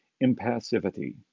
impassivity